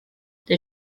did